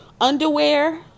underwear